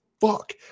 fuck